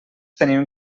tenim